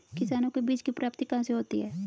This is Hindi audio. किसानों को बीज की प्राप्ति कहाँ से होती है?